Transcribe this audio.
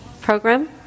program